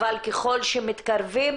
אבל ככל שמתקרבים,